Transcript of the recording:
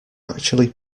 actually